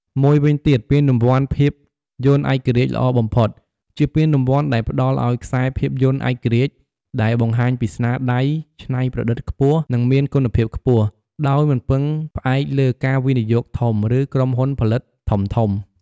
មួយវិញទៀតពានរង្វាន់ភាពយន្តឯករាជ្យល្អបំផុត ជាពានរង្វាន់ដែលផ្តល់ឲ្យខ្សែភាពយន្តឯករាជ្យដែលបង្ហាញពីស្នាដៃច្នៃប្រឌិតខ្ពស់ និងមានគុណភាពខ្ពស់ ដោយមិនពឹងផ្អែកលើការវិនិយោគធំ ឬក្រុមហ៊ុនផលិតធំៗ។